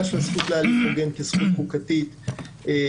של הזכות להליך הוגן כזכות חוקתית בסיסית,